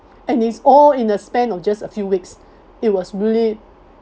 and it's all in the span of just a few weeks it was really